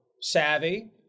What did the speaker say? savvy